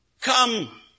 come